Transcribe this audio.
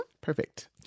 Perfect